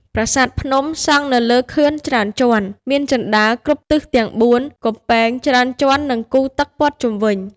ប្រាសាទភ្នំ: សង់នៅលើខឿនច្រើនជាន់ មានជណ្តើរគ្រប់ទិសទាំងបួន កំពែងច្រើនជាន់ និងគូទឹកព័ទ្ធជុំវិញ។